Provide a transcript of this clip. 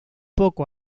poco